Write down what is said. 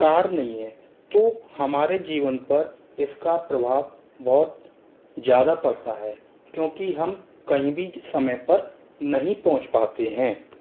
car नहीं है तो हमारे जीवन पर इसका प्रभाव बहुत ज्यादा पड़ता है क्योंकि हम कहीं भी समय पर नहीं पहुँच पाते हैं